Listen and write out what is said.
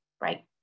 Right